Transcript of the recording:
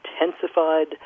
intensified